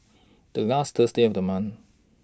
The last Thursday of The month